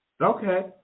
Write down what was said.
Okay